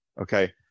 Okay